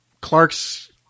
Clark's